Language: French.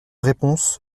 réponse